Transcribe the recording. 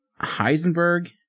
Heisenberg